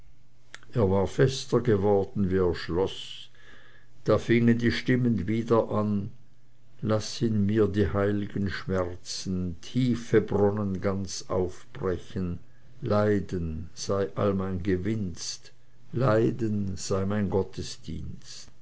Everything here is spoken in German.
er war fester geworden wie er schloß da fingen die stimmen wieder an laß in mir die heilgen schmerzen tiefe bronnen ganz aufbrechen leiden sei all mein gewinst leiden sei mein gottesdienst